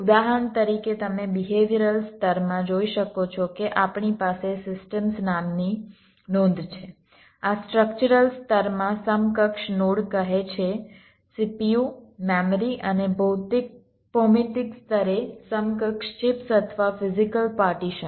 ઉદાહરણ તરીકે તમે બિહેવિયરલ સ્તરમાં જોઈ શકો છો કે આપણી પાસે સિસ્ટમ્સ નામની નોંધ છે આ સ્ટ્રક્ચરલ સ્તરમાં સમકક્ષ નોડ કહે છે CPU મેમરી અને ભૌમિતિક સ્તરે સમકક્ષ ચિપ્સ અથવા ફિઝીકલ પાર્ટીશનો